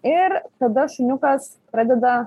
ir tada šuniukas pradeda